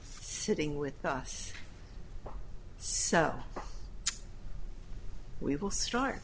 sitting with us so we will start